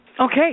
Okay